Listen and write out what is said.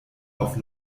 auf